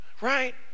Right